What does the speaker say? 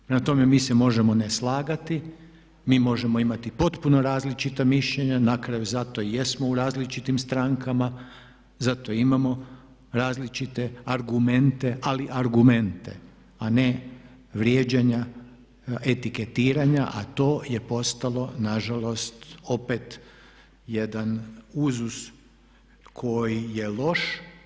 Prema tome, mi se možemo ne slagati, mi možemo imati potpuno različita mišljenja, na kraju zato i jesmo u različitim strankama, zato i imamo različite argumente ali argumente a ne vrijeđanja, etiketiranja a to je postalo nažalost opet jedan uzus koji je loš.